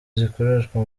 zikoreshwa